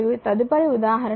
కాబట్టి తదుపరిది ఉదాహరణ 1